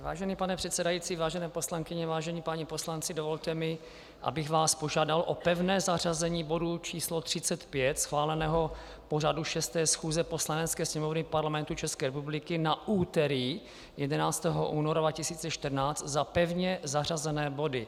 Vážený pane předsedající, vážené poslankyně, vážení páni poslanci, dovolte mi, abych vás požádal o pevné zařazení bodu číslo 35 schváleného pořadu 6. schůze Poslanecké sněmovny Parlamentu České republiky na úterý 11. února 2014 za pevně zařazené body.